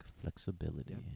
flexibility